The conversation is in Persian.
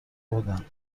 بودند